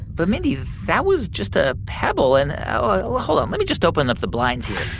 but mindy that was just a pebble and well, hold on, let me just open up the blinds here